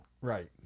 Right